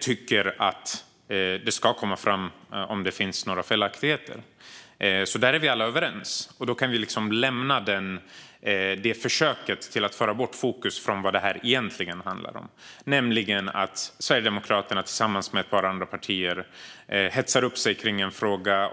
tycker att det ska komma fram om det finns felaktigheter. Där är vi alla överens. Då kan vi lämna försöket att föra bort fokus från vad frågan egentligen handlar om, nämligen att Sverigedemokraterna tillsammans med ett par andra partier hetsar upp sig kring en fråga.